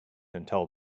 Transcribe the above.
until